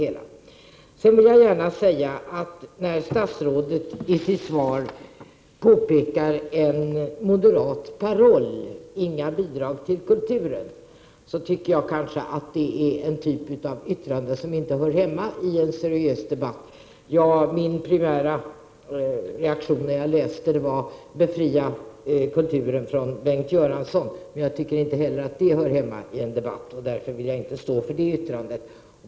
Statsrådet påminner i sitt svar om en moderat paroll: Inga bidrag till kulturen. Jag tycker inte det hör hemma i en seriös debatt. Min primära reaktion var: Befria kulturen från Bengt Göransson. Jag tycker inte att det heller hör hemma i en sådan här debatt, och därför vill jag inte stå för det yttrandet.